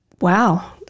wow